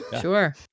Sure